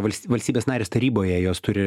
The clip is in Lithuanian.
valsty valstybės narės taryboje jos turi